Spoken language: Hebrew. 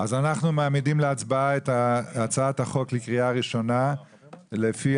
מעמידים להצעה את הצעת החוק לקריאה ראשונה לפי